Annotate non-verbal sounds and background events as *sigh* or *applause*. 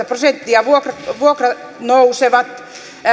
*unintelligible* prosenttia vuokrat nousevat